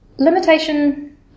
Limitation